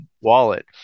wallet